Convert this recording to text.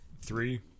three